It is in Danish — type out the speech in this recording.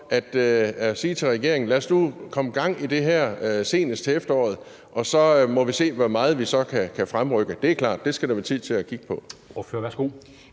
at sige til regeringen: Lad os nu få gang i det her, senest til efteråret. Og så må vi se, hvor meget vi så kan fremrykke. Det er klart, at det skal der være tid til at kigge på.